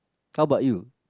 how about you